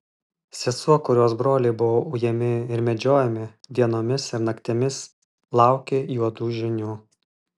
sesuo kurios broliai buvo ujami ir medžiojami dienomis ir naktimis laukė juodų žinių